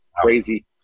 crazy